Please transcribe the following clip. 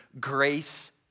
grace